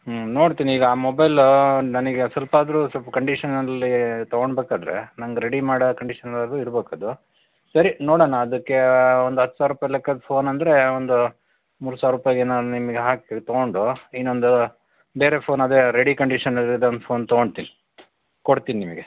ಹ್ಞೂ ನೋಡ್ತೀನಿ ಈಗ ಆ ಮೊಬೈಲ್ ನನಗೆ ಸ್ವಲ್ಪಾದ್ರೂ ಸ್ವಲ್ಪ ಕಂಡೀಶನಲ್ಲಿ ತಗೊಂಡ್ಬೇಕಾದ್ರೆ ನನಗೆ ರೆಡಿ ಮಾಡೋ ಕಂಡೀಶನಾದರೂ ಇರಬೇಕದು ಸರಿ ನೋಡೋಣ ಅದಕ್ಕೆ ಒಂದು ಹತ್ತು ಸಾವಿರ ರೂಪಾಯಿ ಲೆಕ್ಕದ ಫೋನ್ ಅಂದರೆ ಒಂದು ಮೂರು ಸಾವಿರ ರೂಪಾಯಿಗೆ ನಾನು ನಿಮಗೆ ಹಾಕಿ ತಗೊಂಡು ಇನ್ನೊಂದು ಬೇರೆ ಫೋನ್ ಅದೇ ರೆಡಿ ಕಂಡೀಶನಲ್ಲಿದ್ದದ್ದೊಂದು ಫೋನ್ ತಗೊಂಡ್ತೀನಿ ಕೊಡ್ತೀನಿ ನಿಮಗೆ